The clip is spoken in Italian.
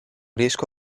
riesco